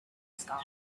scarf